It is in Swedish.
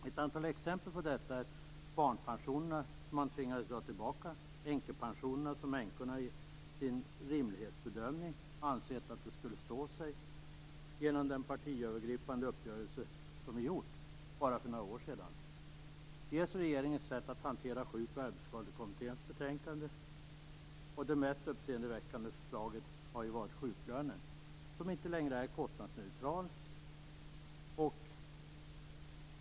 Ett antal exempel på detta är förslaget om barnpensionerna, som man tvingades dra tillbaka, och förslaget om änkepensionerna, som änkorna i sin rimlighetsbedömning ansett skulle stå sig genom den partiövergripande uppgörelse som gjorts bara för några år sedan, och regeringens sätt hantera Sjuk och arbetsskadekommitténs betänkande. Det mest uppseendeväckande förslaget har varit det om sjuklönen, som inte längre är kostnadsneutral.